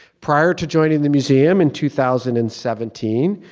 prior to joining the museum in two thousand and seventeen.